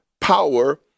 power